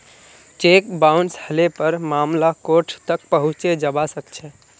cheque bounce हले पर मामला कोर्ट तक पहुंचे जबा सकछे